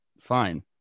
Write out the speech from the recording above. fine